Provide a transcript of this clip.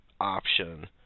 option